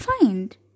find